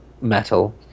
metal